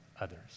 others